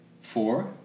Four